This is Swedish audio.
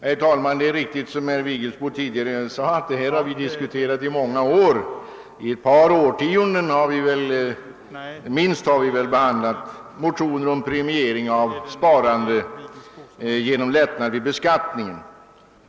Herr talman! Det är riktigt som herr Vigelsbo sade att vi under många år har diskuterat frågan om premiering av sparandet genom lättnader i beskattningen. Jag tror att riksdagen i minst ett par årtionden behandlat motioner av sådant slag.